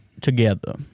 together